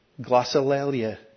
glossolalia